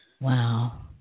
Wow